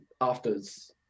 afters